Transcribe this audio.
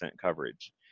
coverage